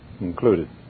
Included